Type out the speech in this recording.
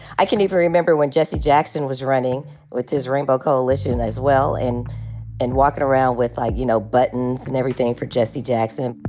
i can even remember when jesse jackson was running with his rainbow coalition, as well, and and walking around with, like, you know, buttons and everything for jesse jackson.